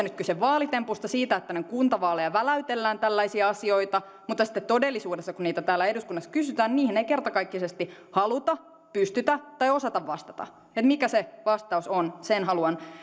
nyt kyse vaalitempusta siitä että ennen kuntavaaleja väläytellään tällaisia asioita mutta sitten todellisuudessa kun niitä täällä eduskunnassa kysytään niihin ei kertakaikkisesti haluta pystytä tai osata vastata mikä se vastaus on sen haluan